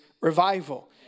revival